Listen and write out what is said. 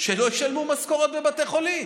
שלא ישלמו משכורות בבתי חולים.